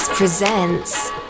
presents